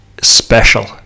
special